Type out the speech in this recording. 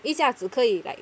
一下子可以 like